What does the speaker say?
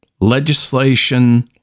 legislation